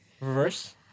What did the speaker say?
Reverse